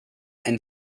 and